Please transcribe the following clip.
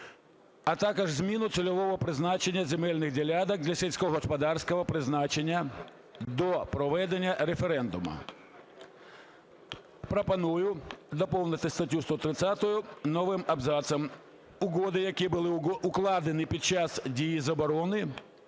а також зміну цільового призначення земельних ділянок для сільськогосподарського призначення до проведення референдуму. Пропоную доповнити статтю 130 новим абзацом: "Угоди, які були укладені під час дії заборони